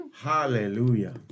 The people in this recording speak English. Hallelujah